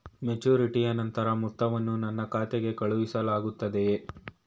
ಮೆಚುರಿಟಿಯ ನಂತರ ಮೊತ್ತವನ್ನು ನನ್ನ ಖಾತೆಗೆ ಕಳುಹಿಸಲಾಗುತ್ತದೆಯೇ?